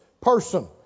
person